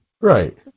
Right